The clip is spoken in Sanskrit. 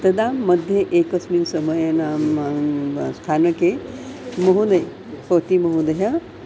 तदा मध्ये एकस्मिन् समयेन आं स्थानके महोदयः पतिमहोदयः